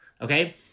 okay